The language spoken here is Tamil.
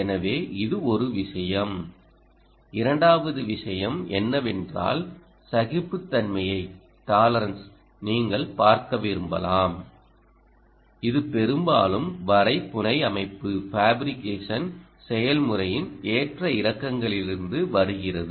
எனவே இது ஒரு விஷயம் இரண்டாவது விஷயம் என்னவென்றால் சகிப்புத்தன்மையை நீங்கள் பார்க்க விரும்பலாம் இது பெரும்பாலும் வரைபுனையமைப்பு செயல்முறையின் ஏற்ற இறக்கங்களிலிருந்து வருகிறது